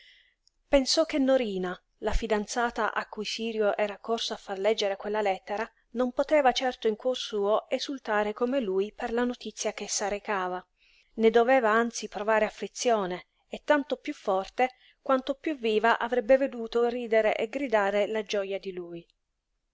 pensò che norina la fidanzata a cui sirio era corso a far leggere quella lettera non poteva certo in cuor suo esultare come lui per la notizia ch'essa recava ne doveva anzi provare afflizione e tanto piú forte quanto piú viva avrebbe veduto ridere e gridare la gioja di lui